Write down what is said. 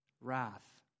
wrath